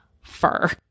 fur